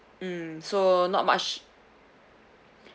mm so not much